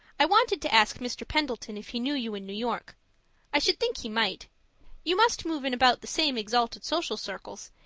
i wanted to ask mr. pendleton if he knew you in new york i should think he might you must move in about the same exalted social circles,